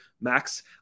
max